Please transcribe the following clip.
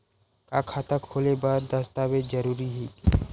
का खाता खोले बर दस्तावेज जरूरी हे?